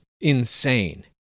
insane